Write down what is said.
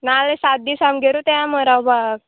नाल्यार सात दीस आमगेरूत येया मगो रावपाक